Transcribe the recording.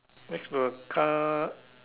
next to the car